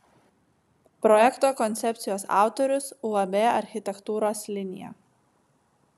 projekto koncepcijos autorius uab architektūros linija